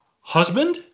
husband